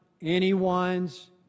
anyone's